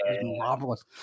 marvelous